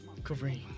Kareem